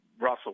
Russell